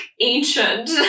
ancient